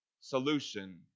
solution